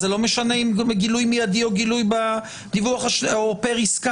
אז זה לא משנה אם זה מגילוי מידי או פר עסקה,